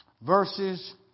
verses